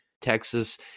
Texas